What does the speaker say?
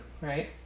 right